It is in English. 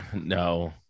no